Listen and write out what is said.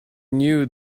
knew